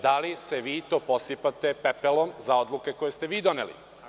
Da li se vi to posipate pepelom za odluke koje ste vi doneli?